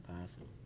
possible